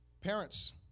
Parents